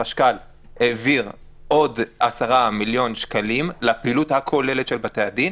החשכ"ל העביר עוד 10 מיליון שקלים לפעילות הכוללת של בתי-הדין.